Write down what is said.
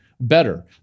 better